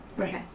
Okay